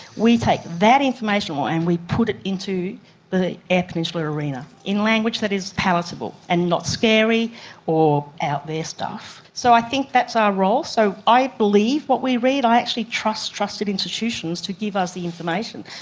we take that information and we put it into the eyre peninsula arena, in language that is palatable and not scary or out-there stuff. so i think that's our role. so i believe what we read, i actually trust trusted institutions to give us the information.